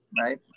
right